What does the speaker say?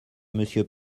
monsieur